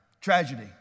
tragedy